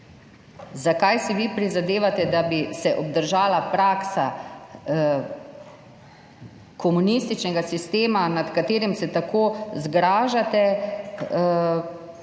Zakaj si vi prizadevate, da bi se obdržala praksa komunističnega sistema, nad katerim se tako zgražate,